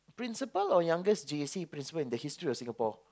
principal or youngest J_C principal in the history of Singapore